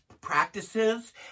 practices